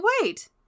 wait